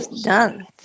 done